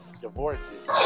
divorces